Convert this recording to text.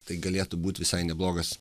tai galėtų būt visai neblogas